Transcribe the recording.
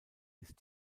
ist